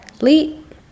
leap